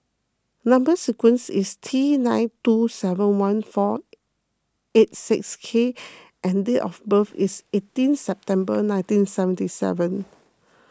Number Sequence is T nine two seven one four eight six K and date of birth is eighteen September nineteen seventy seven